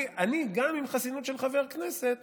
גם עם חסינות של חבר כנסת